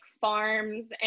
farms